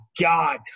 God